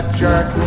jerk